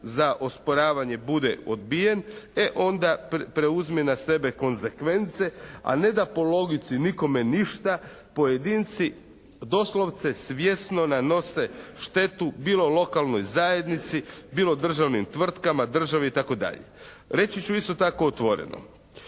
za osporavanje bude odbijen, e onda preuzmi na sebe konzekvence, a ne da po logici nikome ništa, pojedinci doslovce svjesno nanose štetu bilo lokalnoj zajednici, bilo državnim tvrtkama, državi itd. Reći ću isto tako otvoreno,